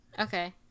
Okay